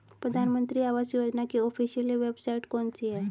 प्रधानमंत्री आवास योजना की ऑफिशियल वेबसाइट कौन सी है?